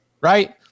right